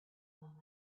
one